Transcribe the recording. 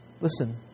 listen